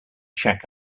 check